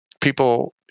people